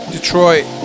Detroit